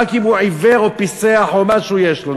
רק אם הוא עיוור או פיסח או משהו יש לו,